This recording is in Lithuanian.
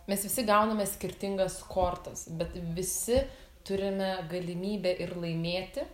mes visi gauname skirtingas kortas bet visi turime galimybę ir laimėti